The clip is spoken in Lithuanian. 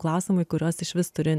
klausimai į kuriuos išvis turi